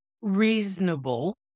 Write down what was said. reasonable